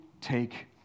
take